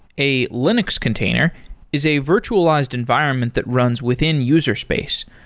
a linux container is a virtualized environment that runs within user space.